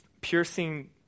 piercing